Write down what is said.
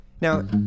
Now